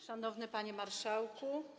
Szanowny Panie Marszałku!